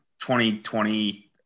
2020